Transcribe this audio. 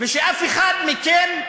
ושאף אחד מכם,